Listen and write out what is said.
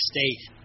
State